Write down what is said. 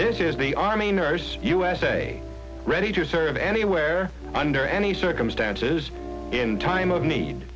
this is the army nurse usa ready to serve anywhere under any circumstances in time of need